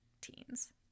teens